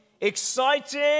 exciting